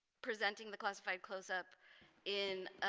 presenting the classified close up in